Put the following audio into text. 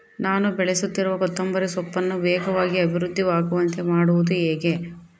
ನಾನು ಬೆಳೆಸುತ್ತಿರುವ ಕೊತ್ತಂಬರಿ ಸೊಪ್ಪನ್ನು ವೇಗವಾಗಿ ಅಭಿವೃದ್ಧಿ ಆಗುವಂತೆ ಮಾಡುವುದು ಹೇಗೆ?